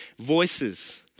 voices